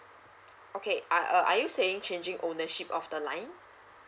okay uh err are you saying changing ownership of the line